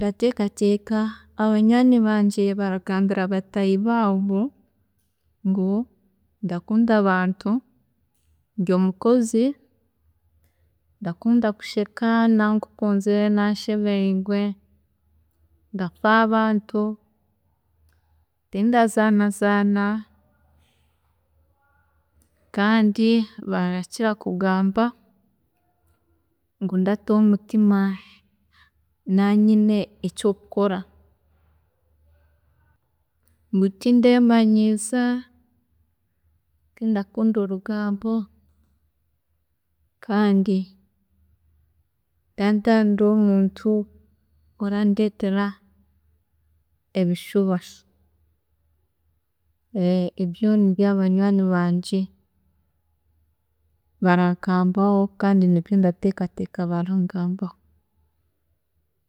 ﻿Ndateekateeka abanywaani bangye baragambira bataahi baabo ngu ndakunda abantu, ndi omukozi, ndakunda kusheka naaba nkukunzire, naaba nshemeriirwe, ndafa ahabantu, tindazaana zaana, kandi barakira kugamba ngu ndataho omutima naaba nyine ekyokukora, ngu tindemanyiiza, tindakunda orugambo kandi ndaba ntarenda omuntu orandeetera ebishuba, ebyo nibyo banywaani bangye barangambaho kandi nibyo ndateekateeka barangambaho.